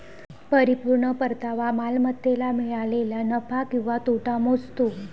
परिपूर्ण परतावा मालमत्तेला मिळालेला नफा किंवा तोटा मोजतो